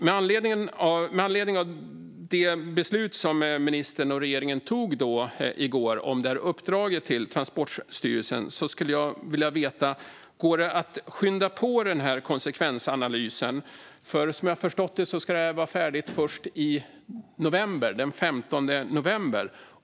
Med anledning av det beslut som ministern och regeringen fattade i går om uppdraget till Transportstyrelsen skulle jag vilja veta om det går att skynda på konsekvensanalysen. Som jag har förstått det ska det här vara färdigt först den 15 november.